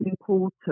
important